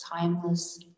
timeless